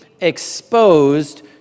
exposed